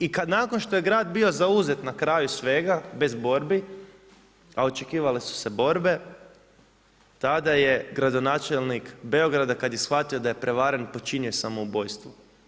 I kad nakon što je grad bio zauzet na kraju svega bez borbi, a očekivale su se borbe tada je gradonačelnik Beograda kada je shvatio da je prevaren počinio samoubojstvo.